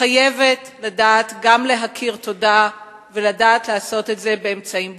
חייבת לדעת גם להכיר תודה ולדעת לעשות את זה באמצעים ברורים.